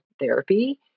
therapy